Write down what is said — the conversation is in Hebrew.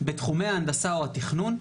"בתחומי ההנדסה או התכנון,